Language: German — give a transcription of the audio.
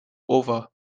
over